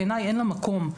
בעיניי אין לה מקום.